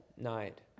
night